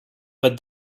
but